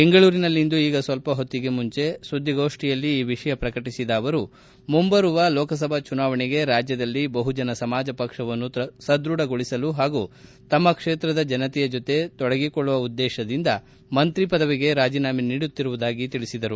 ಬೆಂಗಳೂರಿನಲ್ಲಿಂದು ಈಗ ಸ್ನಲ್ಲ ಹೊತ್ತಿಗೆ ಮುಂಚೆ ಸುದ್ದಿಗೋಷ್ಠಿಯಲ್ಲಿ ಈ ವಿಷಯ ಪ್ರಕಟಿಸಿದ ಅವರು ಮುಂಬರುವ ಲೋಕಸಭಾ ಚುನಾವಣೆಗೆ ರಾಜ್ದದಲ್ಲಿ ಬಹುಜನ ಸಮಾಜ ಪಕ್ಷವನ್ನು ಸದೃಢಗೊಳಿಸಲು ಹಾಗೂ ತಮ್ಮ ಕ್ಷೇತ್ರದ ಜನತೆಯ ಜೊತೆ ತೊಡಗಿಕೊಳ್ಳುವ ಉದ್ದೇಶದಿಂದ ಮಂತ್ರಿಪದವಿಗೆ ರಾಜೀನಾಮೆ ನೀಡುತ್ತಿರುವುದಾಗಿ ತಿಳಿಸಿದರು